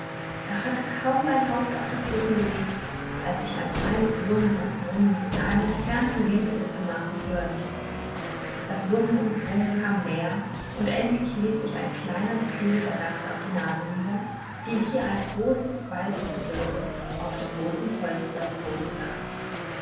er hatte kaum sein haupt auf das kissen gelegt als sich ein feines summen und brummen in einem entfernten winkel des gemachs hören ließ das summen und brummen kam näher und endlich ließ sich ein kleiner geflügelter gast auf die nase nieder die wie ein großes weißes gebirge auf dem roten polstergrunde lag